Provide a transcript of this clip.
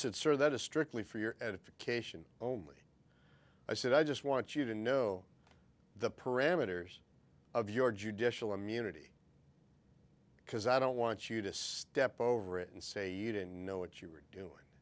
said sir that is strictly for your edification only i said i just want you to know the parameters of your judicial immunity because i don't want you to step over it and say you didn't know what you were doing